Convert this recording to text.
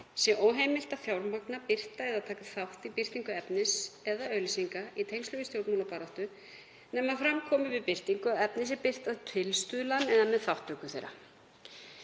sé óheimilt að fjármagna, birta eða taka þátt í birtingu efnis eða auglýsinga í tengslum við stjórnmálabaráttu nema fram komi við birtingu að efnið sé birt að tilstuðlan eða með þátttöku þeirra.